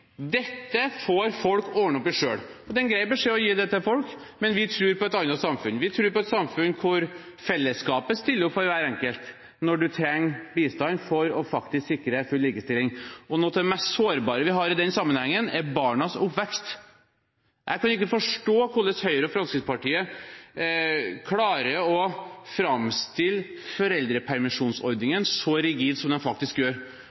Dette får folk ordne opp i selv. Det er en grei beskjed å gi folk, men vi tror på et annet samfunn. Vi tror på et samfunn der fellesskapet stiller opp for hver enkelt når de trenger bistand, for faktisk å sikre full likestilling. Noe av det mest sårbare vi har i den sammenhengen, er barnas oppvekst. Jeg kan ikke forstå hvordan Høyre og Fremskrittspartiet klarer å framstille foreldrepermisjonsordningen så rigid som de faktisk gjør,